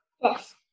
yes